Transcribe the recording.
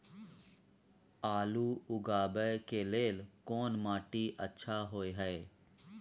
आलू उगाबै के लेल कोन माटी अच्छा होय है?